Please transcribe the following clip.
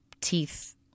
Teeth